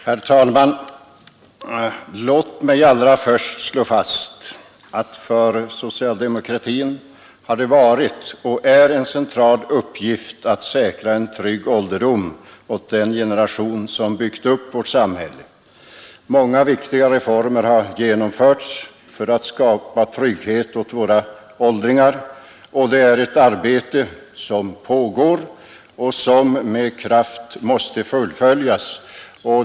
Herr talman! Låt mig allra först slå fast att för socialdemokratin har det varit och är en central uppgift att säkra en trygg ålderdom åt den generation som byggt upp vårt samhälle. Många viktiga reformer har genomförts för att skapa trygghet åt våra åldringar, och det är ett arbete som pågår och som med kraft måste fullföljas.